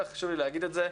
חשוב לי להגיד את זה,